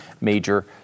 major